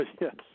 yes